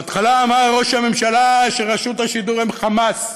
בהתחלה אמר ראש הממשלה שרשות השידור היא "חמאס",